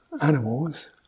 animals